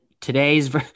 today's